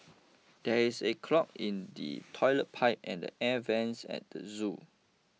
there is a clog in the Toilet Pipe and the Air Vents at the zoo